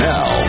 Now